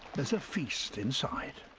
there's a feast inside.